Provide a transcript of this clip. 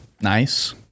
Nice